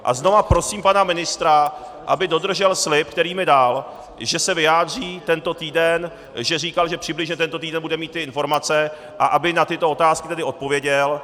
A znovu prosím pana ministra, aby dodržel slib, který mi dal, že se vyjádří tento týden, říkal, že přibližně tento týden bude mít informace, a aby na tyto otázky tedy odpověděl.